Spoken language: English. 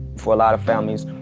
for a lot of families,